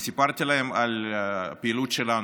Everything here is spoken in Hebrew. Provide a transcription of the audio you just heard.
וסיפרתי להם על הפעילות שלנו,